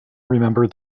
remember